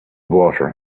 water